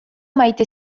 maite